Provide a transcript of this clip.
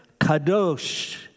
Kadosh